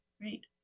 Great